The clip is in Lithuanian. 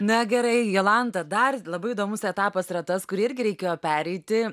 na gerai jolanta dar labai įdomus etapas yra tas kurį irgi reikėjo pereiti